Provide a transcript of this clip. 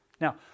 Now